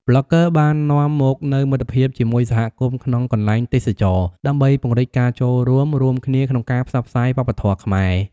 ប្លុកហ្គើបាននាំមកនូវមិត្តភាពជាមួយសហគមន៍ក្នុងកន្លែងទេសចរណ៍ ដើម្បីពង្រីកការចូលរួម រួមគ្នាក្នុងការផ្សព្វផ្សាយវប្បធម៌ខ្មែរ។